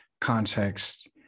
context